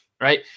Right